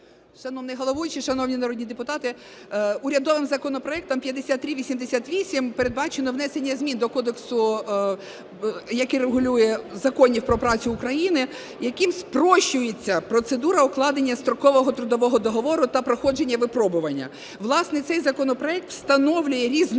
Шановний головуючий, шановні народні депутати! Урядовим законопроектом 5388 передбачено внесення змін до Кодексу законів про працю України, яким спрощується процедура укладення строкового трудового договору та проходження випробування. Власне, цей законопроект встановлює різницю